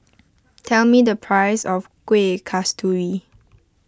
tell me the price of Kuih Kasturi